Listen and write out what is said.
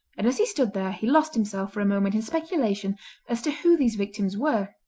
and as he stood there he lost himself for a moment in speculation as to who these victims were,